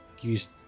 use